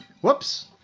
Whoops